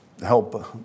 help